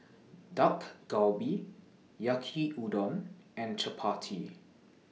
Dak Galbi Yaki Udon and Chapati